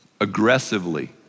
aggressively